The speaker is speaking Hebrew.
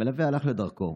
המלווה הלך לדרכו,